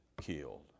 killed